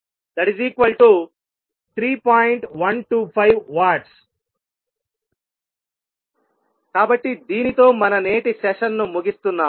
125W కాబట్టి దీనితో మన నేటి సెషన్ను ముగిస్తున్నాము